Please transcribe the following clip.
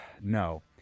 No